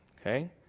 Okay